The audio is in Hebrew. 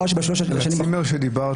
שבשלוש השנים האחרונות --- הצימר שדיברת,